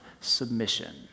submission